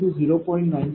95 p